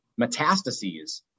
metastases